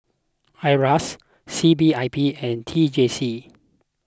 Iras C P I B and T J C